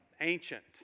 ancient